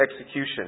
execution